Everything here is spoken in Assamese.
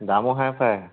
দামো হাই ফাই